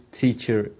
teacher